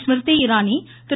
Smriti Irani Thiru